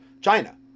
China